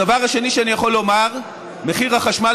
הדבר השני שאני יכול לומר: מחיר החשמל